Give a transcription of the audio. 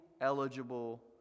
eligible